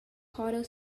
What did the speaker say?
horror